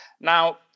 Now